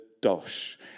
dosh